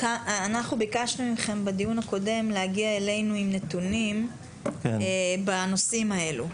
בדיון הקודם ביקשנו מכם להגיע אלינו עם נתונים בנושאים האלו.